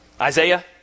Isaiah